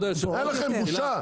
אין לכם בושה?